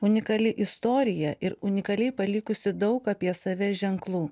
unikali istorija ir unikaliai palikusi daug apie save ženklų